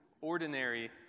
ordinary